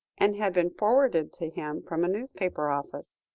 and had been forwarded to him from a newspaper office.